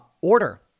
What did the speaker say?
Order